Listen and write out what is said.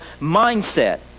mindset